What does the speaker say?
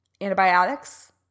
antibiotics